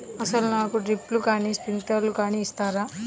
అసలు నాకు డ్రిప్లు కానీ స్ప్రింక్లర్ కానీ ఇస్తారా?